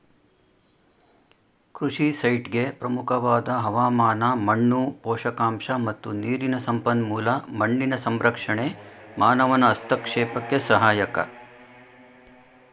ಕೃಷಿ ಸೈಟ್ಗೆ ಪ್ರಮುಖವಾದ ಹವಾಮಾನ ಮಣ್ಣು ಪೋಷಕಾಂಶ ಮತ್ತು ನೀರಿನ ಸಂಪನ್ಮೂಲ ಮಣ್ಣಿನ ಸಂರಕ್ಷಣೆ ಮಾನವನ ಹಸ್ತಕ್ಷೇಪಕ್ಕೆ ಸಹಾಯಕ